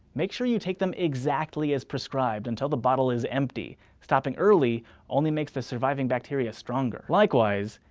make sure you take them exactly as prescribed until the bottle is empty. stopping early only makes the surviving bacteria stronger. likewise,